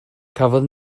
cafodd